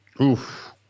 Oof